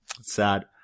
sad